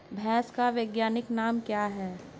भैंस का वैज्ञानिक नाम क्या है?